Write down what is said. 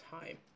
time